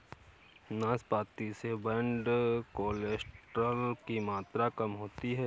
नाशपाती से bad cholesterol की मात्रा कम होती है